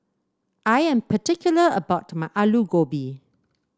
I am particular about my Alu Gobi